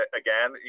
again